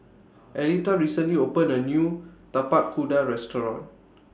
Aleta recently opened A New Tapak Kuda Restaurant